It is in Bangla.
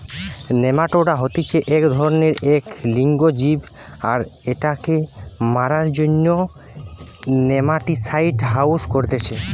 নেমাটোডা হতিছে এক ধরণেরএক লিঙ্গ জীব আর এটাকে মারার জন্য নেমাটিসাইড ইউস করতিছে